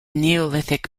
neolithic